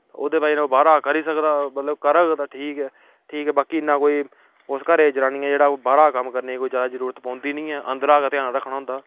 ओह्दे बजह ने ओह् बाह्रा दा करी सकदा मतलब करग ते ठीक ऐ ठीक ऐ बाकी इ'न्ना कोई उस घरै दी जनानियां जेह्ड़ा बाह्रा दा कम्म करने कोई ज्यादा जरूरत पौंदी नी ऐ अंदरा गै ध्यान रक्खना होंदा